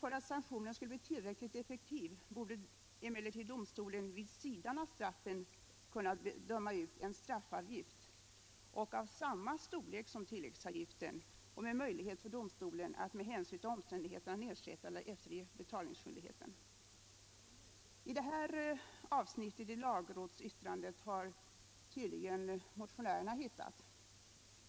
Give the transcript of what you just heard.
För att sanktionen skulle bli tillräckligt effektiv borde emellertid domstolen vid sidan av straffet kunna döma ut en straffavgift — av samma storlek som tilläggsavgiften och med möjlighet för domstolen att med "hänsyn till omständigheterna nedsätta eller efterge betalningsskyldigheten. Det här avsnittet i lagrådsyttrandet har tydligen motionärerna hittat.